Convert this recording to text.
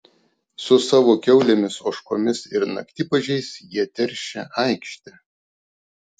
su savo kiaulėmis ožkomis ir naktipuodžiais jie teršia aikštę